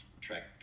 track